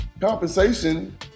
compensation